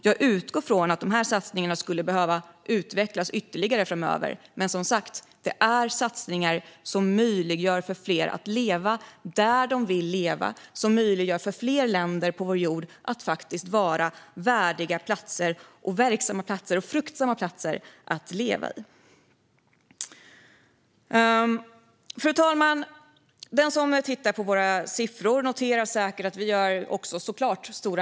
Jag utgår från att dessa satsningar skulle behöva utvecklas ytterligare framöver, men det är som sagt satsningar som möjliggör för fler att leva där de vill leva och för fler länder på vår jord att faktiskt vara värdiga, verksamma och fruktsamma platser att leva på. Fru talman! Den som tittar på våra siffror noterar säkert att vi också gör stora nedskärningar.